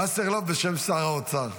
וסרלאוף בשם שר האוצר,